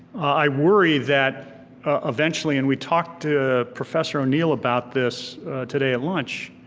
i worry that eventually, and we talked to professor o'neill about this today at lunch,